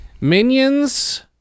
minions